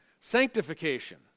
sanctification